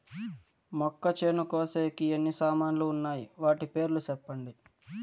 మొక్కచేను కోసేకి ఎన్ని సామాన్లు వున్నాయి? వాటి పేర్లు సెప్పండి?